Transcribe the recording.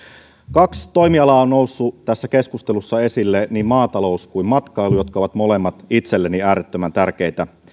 kaksi toimialaa on noussut tässä keskustelussa esille niin maatalous kuin matkailu jotka ovat molemmat itselleni äärettömän tärkeitä